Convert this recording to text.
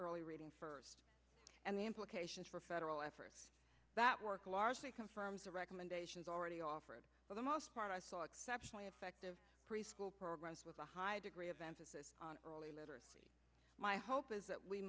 early reading and the implications for a federal effort that work largely confirms the recommendations already offered by the most part i saw exceptionally effective preschool programs with a high degree of emphasis on early literacy my hope is that we